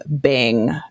Bing